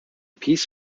piece